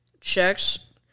checks